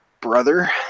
brother